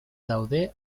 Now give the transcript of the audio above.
daude